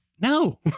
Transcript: no